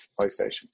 playstation